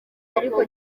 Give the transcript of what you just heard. ariko